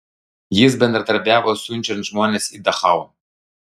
jis bendradarbiavo siunčiant žmones į dachau